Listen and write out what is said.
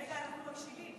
רגע, אנחנו מקשיבים.